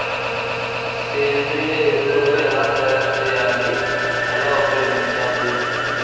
సేంద్రీయ ఎరువులు ఎలా తయారు చేయాలి? ఎలా ఉపయోగించాలీ?